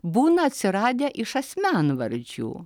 būna atsiradę iš asmenvardžių